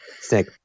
Snake